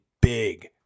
big